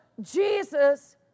Jesus